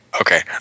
Okay